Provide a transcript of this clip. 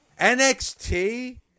NXT